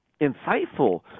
insightful